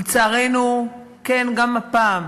לצערנו, כן, גם הפעם,